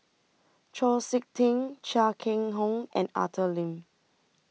Chau Sik Ting Chia Keng Hock and Arthur Lim